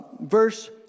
Verse